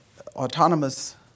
autonomous